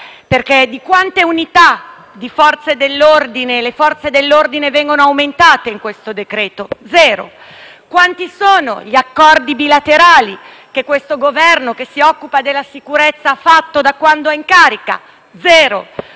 di quante unità le Forze dell'ordine vengono aumentate in questo decreto? Zero. Quanti sono gli accordi bilaterali che questo Governo, che si occupa della sicurezza, ha fatto da quando è in carica? Zero.